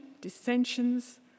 dissensions